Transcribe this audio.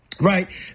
Right